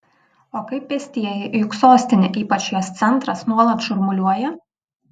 o kaip pėstieji juk sostinė ypač jos centras nuolat šurmuliuoja